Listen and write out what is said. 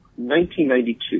1992